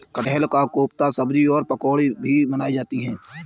कटहल का कोफ्ता सब्जी और पकौड़ी भी बनाई जाती है